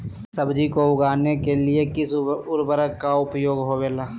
सब्जी को उगाने के लिए किस उर्वरक का उपयोग होबेला?